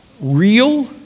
real